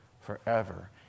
forever